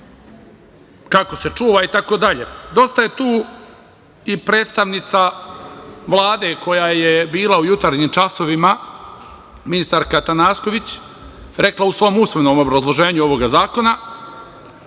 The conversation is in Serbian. kako se čuva itd. Dosta je tu i predstavnica Vlade koja je bila u jutarnjim časovima, ministarska Atanasković, rekla u svom usmenom obrazloženju ovog zakona,